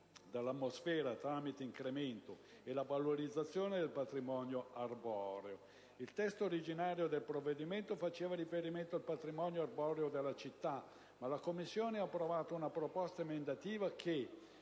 Il testo originario del provvedimento faceva riferimento al patrimonio arboreo della città, ma la Commissione ha approvato una proposta emendativa che,